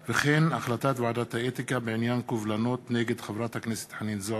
החלטת ועדת האתיקה בעניין קובלנות נגד חברת הכנסת חנין זועבי.